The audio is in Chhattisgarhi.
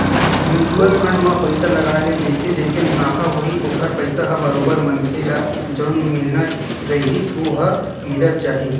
म्युचुअल फंड म पइसा लगाय ले जइसे जइसे मुनाफ होही ओखर पइसा ह बरोबर मनखे ल जउन मिलना रइही ओहा मिलत जाही